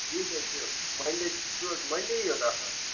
ٹھیٖک حظ چھِ منٛڈے تُہۍ چھُو حظ منٛڈے یوت آسان